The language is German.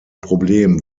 problem